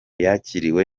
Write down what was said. yakiriwe